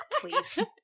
Please